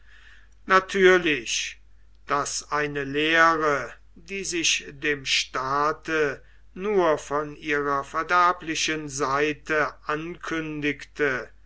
natürlich daß eine lehre die sich dem staate nur von ihrer verderblichen seite ankündigte